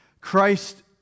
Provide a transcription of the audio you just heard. Christ